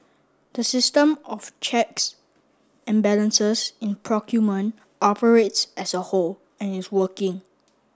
the system of checks and balances in procurement operates as a whole and is working